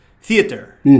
theater